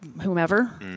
whomever